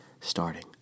starting